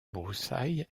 broussailles